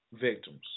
victims